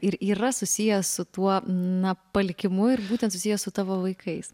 ir yra susiję su tuo na palikimu ir būtent susijęs su tavo vaikais